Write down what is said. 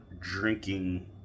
drinking